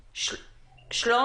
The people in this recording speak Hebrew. והנוער.